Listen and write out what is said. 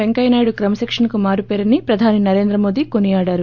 వెంకయ్యనాయుడు క్రమశిక్షణకు మారుపేరని ప్రధాని నరేంద్ర మోదీ కొనియాడారు